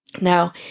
Now